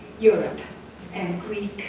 europe and greek